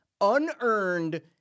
unearned